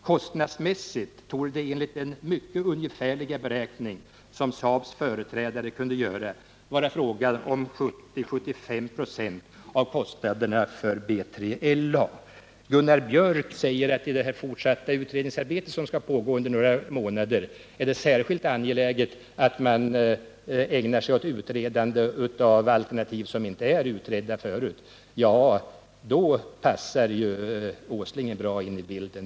Kostnadsmässigt torde det enligt den mycket ungefärliga beräkning, som Saabs företrädare kunde göra, vara fråga Gunnar Björk i Gävle säger att i det fortsatta utredningsarbete som skall pågå under några månader är det särskilt angeläget att man ägnar sig åt utredande av alternativ som inte är utredda förut. Ja, då passar ju Åslingen bra in i bilden.